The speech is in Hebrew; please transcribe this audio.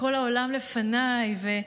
כל העולם לפניי, ותינוק,